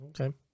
Okay